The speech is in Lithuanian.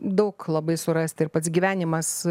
daug labai surast ir pats gyvenimas